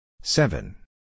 Seven